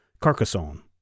Carcassonne